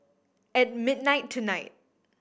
at midnight tonight